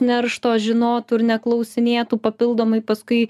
neršto žinotų ir neklausinėtų papildomai paskui